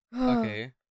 Okay